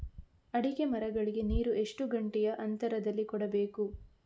ಅಡಿಕೆ ಮರಗಳಿಗೆ ನೀರು ಎಷ್ಟು ಗಂಟೆಯ ಅಂತರದಲಿ ಕೊಡಬೇಕು?